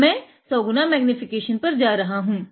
अब मै 100 गुना मैग्नीफिकेशन पर जा रहा हूँ